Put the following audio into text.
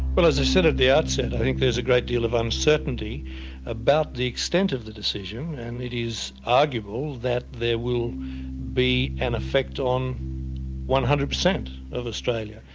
but as i said at the outset, i think there is a great deal of uncertainty about the extent of the decision and it is arguable that there will be an effect on one hundred percent of australia.